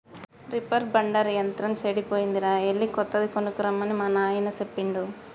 reaper binder యంత్రం సెడిపోయిందిరా ఎళ్ళి కొత్తది కొనక్కరమ్మని మా నాయిన సెప్పిండు